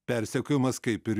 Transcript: persekiojimas kaip ir